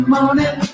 morning